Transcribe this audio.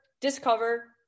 discover